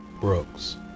Brooks